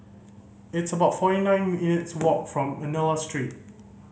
it's about forty nine minutes' walk from Manila Street